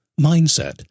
mindset